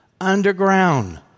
underground